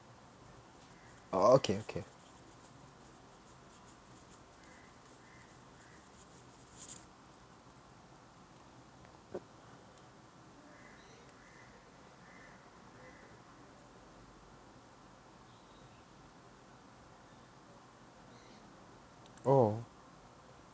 oh okay okay oh